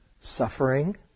suffering